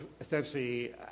essentially